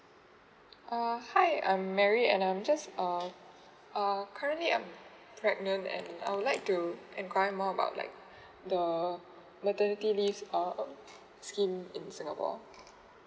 uh hi I'm mary and I'm just uh uh currently I'm pregnant and I would like to inquire more about like the maternity leaves uh scheme in singapore